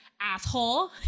asshole